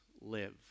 live